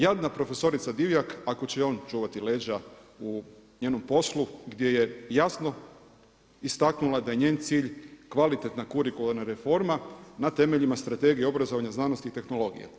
Jadna profesorica Divjak ako će joj on čuvati leđa u njenom poslu gdje je jasno istaknula da je njen cilj kvalitetna kurikularna reforma na temeljima strategije obrazovanja, znanosti i tehnologije.